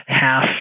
half